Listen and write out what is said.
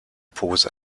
pose